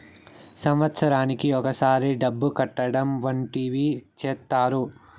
సంవత్సరానికి ఒకసారి డబ్బు కట్టడం వంటివి చేత్తారు